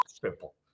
simple